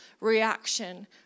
reaction